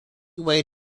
way